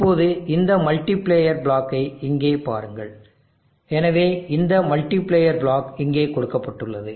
இப்போது இந்த மல்டிபிளேயர் பிளாக்கை இங்கே பாருங்கள் எனவே இந்த மல்டிபிளேயர் பிளாக் இங்கே கொடுக்கப்பட்டுள்ளது